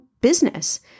business